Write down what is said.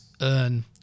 earn